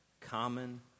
Common